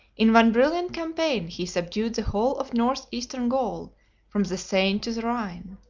in one brilliant campaign he subdued the whole of north-eastern gaul from the seine to the rhine.